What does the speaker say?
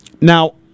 now